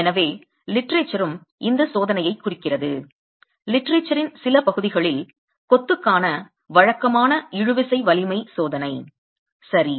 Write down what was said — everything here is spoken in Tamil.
எனவே லிட்டரேச்சர் ம் இந்தச் சோதனையைக் குறிக்கிறது லிட்டரேச்சர் ன் சில பகுதிகளில் கொத்துக்கான வழக்கமான இழுவிசை வலிமை சோதனை சரி